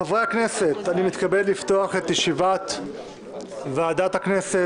חברי הכנסת, אני מתכבד לפתוח את ישיבת ועדת הכנסת.